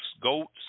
goats